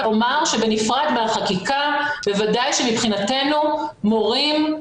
אני אומרת שבנפרד מהחקיקה בוודאי שמבחינתנו מורים,